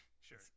Sure